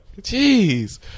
Jeez